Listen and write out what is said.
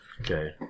Okay